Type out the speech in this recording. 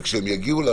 וכשהם יגיעו,